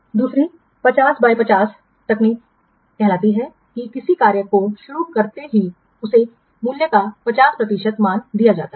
technique कहती है कि किसी कार्य को शुरू करते ही उसके मूल्य का 50 प्रतिशत मान दिया जाता है